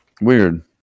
Weird